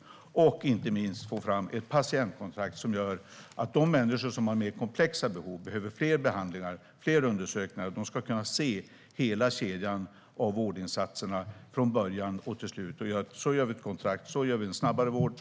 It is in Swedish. Inte minst handlar det om att få fram ett patientkontrakt som gör att de människor som har mer komplexa behov och som behöver fler behandlingar och fler undersökningar ska kunna se hela kedjan av vårdinsatser från början till slut. Så gör vi ett kontrakt. Så gör vi en snabbare vård.